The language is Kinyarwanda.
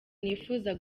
nifuza